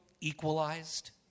equalized